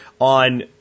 On